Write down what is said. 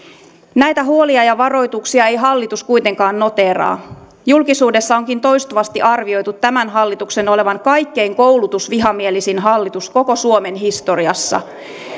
näitä huolia ja varoituksia ei hallitus kuitenkaan noteeraa julkisuudessa onkin toistuvasti arvioitu tämän hallituksen olevan kaikkein koulutusvihamielisin hallitus koko suomen historiassa